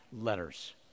letters